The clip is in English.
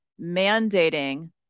mandating